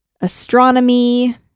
astronomy